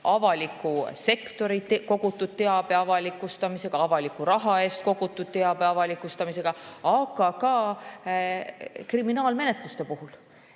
avaliku sektori kogutud teabe avalikustamisega, avaliku raha eest kogutud teabe avalikustamisega, aga ka kriminaalmenetluste puhul.